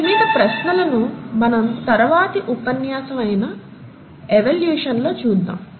వీటి మీద ప్రశ్నలను మన తరువాతి ఉపన్యాసం అయిన ఎవల్యూషన్ లో చూద్దాం